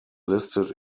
listed